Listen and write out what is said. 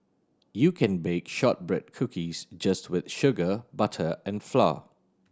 you can bake shortbread cookies just with sugar butter and flour